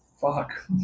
fuck